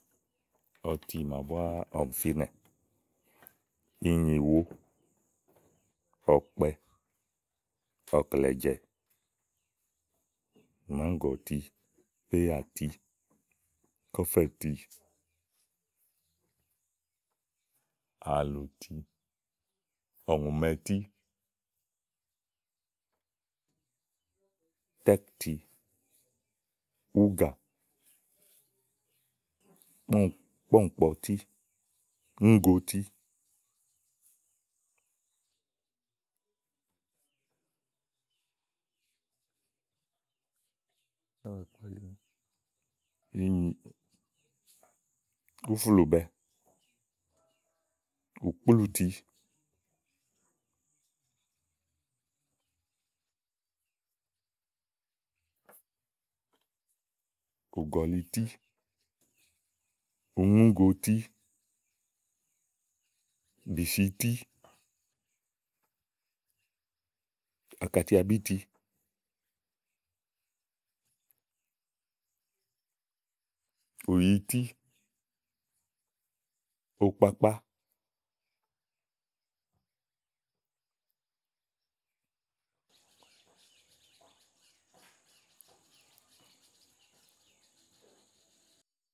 ɔti màa búá ɔmi fínɛ ínyiwò, ɔkpɛ, ɔ̀klɛ̀jɛ̀ màáŋgɔ̀ti péyàti, kɔ̀fɛ̀ti, àlũti, ɔ̀ŋùmɛtí, tɛ́ɛ̀kti, úgà, kpɔ́ɔ̀ŋkpɔtí uŋúgotí úflùbɛ, ùkplúùti ùgɔ̀lití, uŋúgotí, bìsìtí, àkàtiabíti ùyití, ukpakpá.